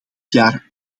jaar